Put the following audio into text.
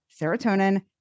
Serotonin